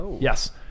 Yes